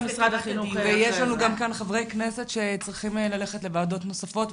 ויש לנו כאן גם חברי כנסת שצריכים ללכת לוועדות נוספות,